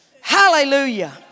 Hallelujah